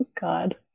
God